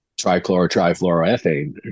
trichloro-trifluoroethane